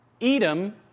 Edom